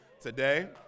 today